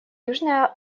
южная